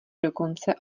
dokonce